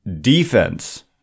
Defense